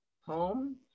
home